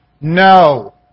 No